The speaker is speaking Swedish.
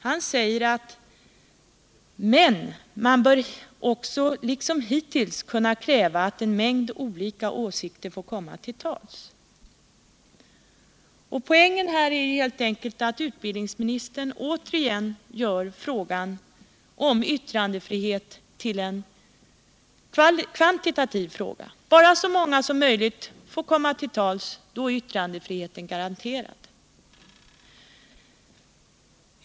Han säger: Men man skall också liksom hittills kunna kräva att en mängd olika åsikter får komma till tals. Poängen är helt enkelt att utbildningsministern gör frågan om yttrandefriheten till en kvantitativ fråga. Bara så många som möjligt får komma till tals, är yttrandefriheten garanterad.